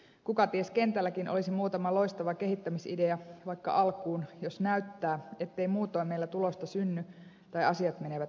kuka ties kentälläkin olisi muutama loistava kehittämisidea vaikka alkuun jos näyttää ettei muutoin meillä tulosta synny tai asiat menevät inttämiseksi